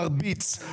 מרביץ,